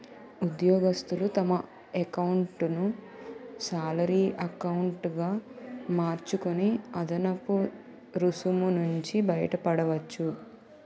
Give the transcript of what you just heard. ఉద్యోగస్తులు తమ ఎకౌంటును శాలరీ ఎకౌంటు గా మార్చుకొని అదనపు రుసుము నుంచి బయటపడవచ్చు